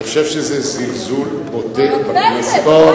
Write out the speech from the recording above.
אני חושב שזה זלזול בוטה בכנסת.